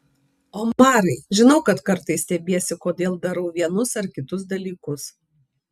omarai žinau kad kartais stebiesi kodėl darau vienus ar kitus dalykus